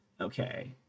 Okay